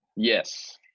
Yes